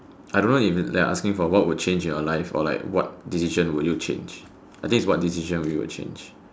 I don't know if its what would change in your life or like what decision would you change I think is what decision we will change